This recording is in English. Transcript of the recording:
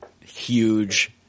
huge